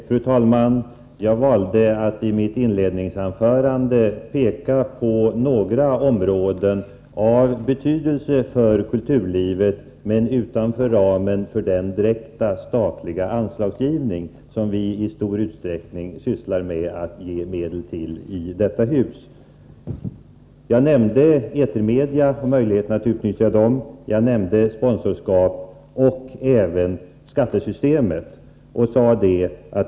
Fru talman! Jag valde att i mitt inledningsanförande peka på några områden av betydelse för kulturlivet men utanför ramen för den direkta statliga anslagsgivning som vi i stor utsträckning sysslar med att ge medel till i detta hus. Jag nämnde möjligheten att utnyttja etermedia, jag nämnde sponsorskap och även skattesystemet.